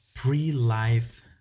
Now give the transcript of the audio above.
Pre-life